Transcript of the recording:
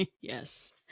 Yes